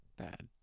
bad